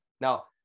Now